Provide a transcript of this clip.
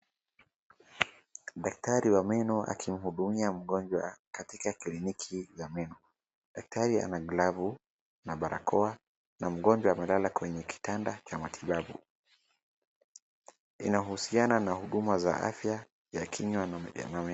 Daktari wa meno akimhudumia mgonjwa katika kliniki hii ya meno. Daktari ana glavu na barakoa na mgonjwa amelala kwenye kitanda cha matibabu. Inahusiana na huduma za afya, ya kinywa na ya meno.